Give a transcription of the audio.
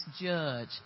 judge